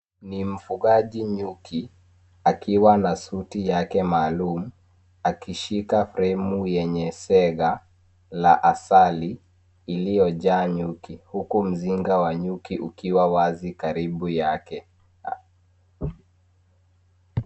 Ni mfugaji nyuki akiwa na suti yake maalum akishika fremu yenye sega la asali iliyojaa nyuki huku mzinga wa nyuki ukiwa wazi karibu yake